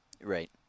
Right